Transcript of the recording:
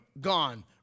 gone